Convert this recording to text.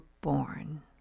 born